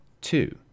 Two